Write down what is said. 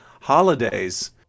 holidays